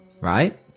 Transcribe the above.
right